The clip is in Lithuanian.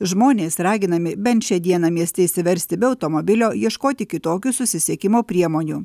žmonės raginami bent šią dieną mieste išsiversti be automobilio ieškoti kitokių susisiekimo priemonių